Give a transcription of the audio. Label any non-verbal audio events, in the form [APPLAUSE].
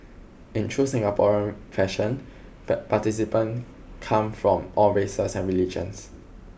in true Singaporean fashion [UNINTELLIGIBLE] participants come from all races and religions